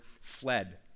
fled